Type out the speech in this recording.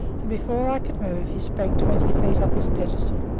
and before i could move he sprang twenty feet off his pedestal,